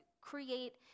create